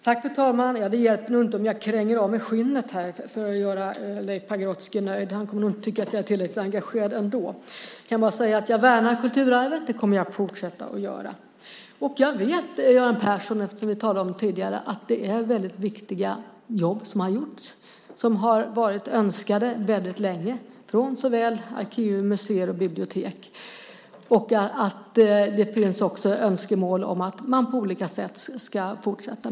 Fru talman! Det hjälper nog inte om jag kränger av mig skinnet för att göra Leif Pagrotsky nöjd. Han kommer ändå inte att tycka att jag är tillräckligt engagerad. Jag kan bara säga att jag värnar kulturarvet. Det kommer jag att fortsätta att göra. Jag vet, Göran Persson, eftersom vi talade om det tidigare, att det är väldigt viktiga jobb som har gjorts. De har varit önskade väldigt länge, från såväl arkiv och museer som bibliotek. Det finns också önskemål om att man på olika sätt ska fortsätta.